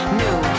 new